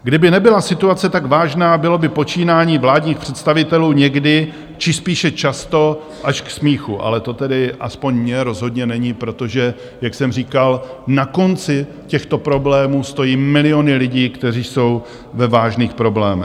Kdyby nebyla situace tak vážná, bylo by počínání vládních představitelů někdy, či spíše často až k smíchu, ale to tedy aspoň mně rozhodně není, protože, jak jsem říkal, na konci těchto problémů stojí miliony lidí, kteří jsou ve vážných problémech.